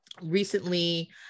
recently